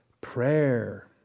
prayer